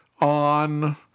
on